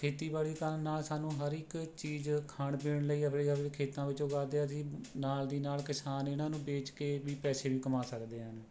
ਖੇਤੀਬਾੜੀ ਕਰਨ ਨਾਲ ਸਾਨੂੰ ਹਰ ਇੱਕ ਚੀਜ਼ ਖਾਣ ਪੀਣ ਲਈ ਆਪਣੇ ਆਪਣੇ ਖੇਤਾਂ ਵਿੱਚੋਂ ਉਗਾਉਂਦੇ ਅਸੀਂ ਨਾਲ ਦੀ ਨਾਲ ਕਿਸਾਨ ਇਹਨਾਂ ਨੂੰ ਵੇਚ ਕੇ ਵੀ ਪੈਸੇ ਵੀ ਕਮਾ ਸਕਦੇ ਹਨ